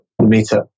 meetup